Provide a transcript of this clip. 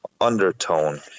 undertone